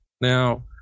Now